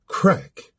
Crack